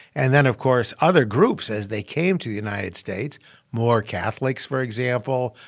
and then, of course, other groups, as they came to the united states more catholics, for example,